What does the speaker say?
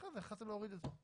אחרי זה החלטתם להוריד את זה.